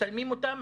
מצלמים אותם,